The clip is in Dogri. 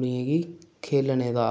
उ'नेंगी खेलने दा